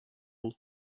old